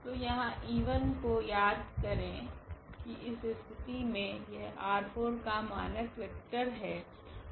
तो यहाँ e1 को याद करे कि इस स्थिति में यह R4 का मानक वेक्टर है